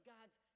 God's